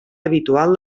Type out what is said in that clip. habitual